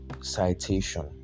Citation